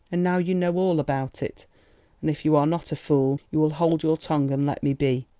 and now you know all about it and if you are not a fool, you will hold your tongue and let me be!